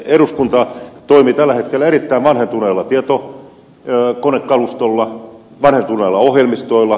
eduskunta toimii tällä hetkellä erittäin vanhentuneella tietokonekalustolla vanhentuneilla ohjelmistoilla